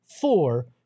four